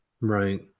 Right